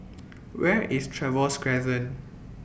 Where IS Trevose Crescent